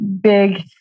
big